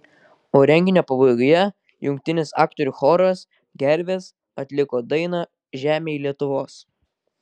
o renginio pabaigoje jungtinis aktorių choras gervės atliko dainą žemėj lietuvos